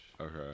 Okay